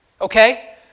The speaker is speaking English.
Okay